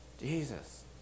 Jesus